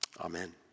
Amen